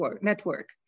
Network